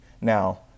Now